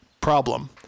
problem